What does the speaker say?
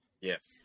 Yes